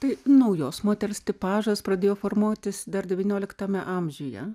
tai naujos moters tipažas pradėjo formuotis dar devynioliktame amžiuje